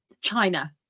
China